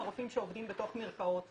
לרופאים שעובדים בתוך מרפאות.